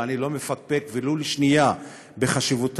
ואני לא מפקפק ולו לשנייה בחשיבות